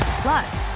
Plus